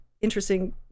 interesting